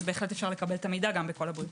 אפשר לקבל את המידע גם בקול הבריאות.